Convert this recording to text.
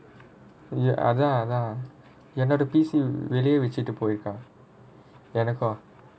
அதான் அதான் என்னோட:athaan athaan ennoda P_C வெளிலயே வச்சிட்டு போயிருக்கான்:veliyilayae vachittu poirukaan